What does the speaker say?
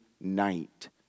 night